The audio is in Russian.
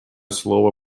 слово